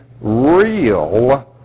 real